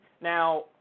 now